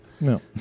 No